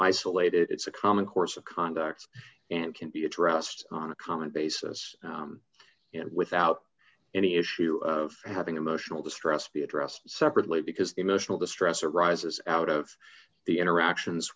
isolated it's a common course of conduct and can be addressed on a common basis and without any issue of having emotional distress be addressed separately because emotional distress arises out of the interactions